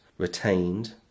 retained